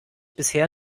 bisher